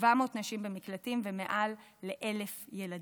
700 נשים במקלטים, ומעל ל-1,000 ילדים.